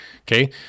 Okay